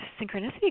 synchronicity